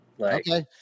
Okay